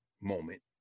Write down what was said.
moment